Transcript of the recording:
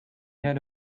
heard